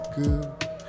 good